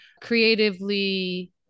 creatively